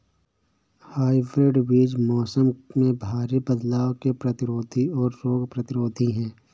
hybrid बीज मौसम में भारी बदलाव के प्रतिरोधी और रोग प्रतिरोधी हैं